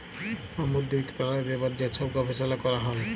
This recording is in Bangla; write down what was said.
সামুদ্দিরিক পেরালিদের উপর যে ছব গবেষলা ক্যরা হ্যয়